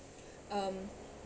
um